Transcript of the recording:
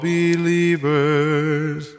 believers